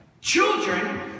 Children